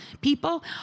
people